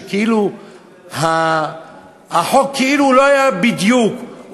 שכאילו החוק לא היה בדיוק,